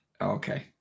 Okay